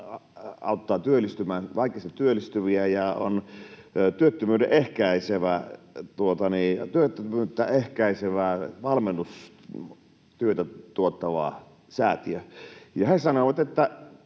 auttaa vaikeasti työllistyviä työllistymään ja on työttömyyttä ehkäisevää valmennustyötä tuottava säätiö. He sanoivat, että